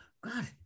God